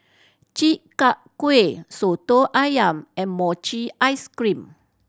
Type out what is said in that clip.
Chi Kak Kuih Soto Ayam and mochi ice cream